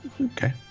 Okay